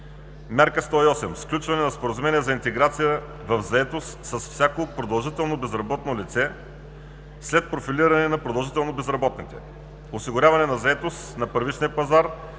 Мярка 108: Сключване на Споразумение за интеграция в заетост с всяко продължително безработно лице след профилиране на продължително безработните; Осигуряване на заетост на първичния пазар